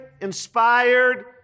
Inspired